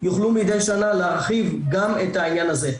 יוכלו מידי שנה להרחיב גם את העניין הזה,